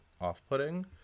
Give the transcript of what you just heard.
off-putting